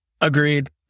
Agreed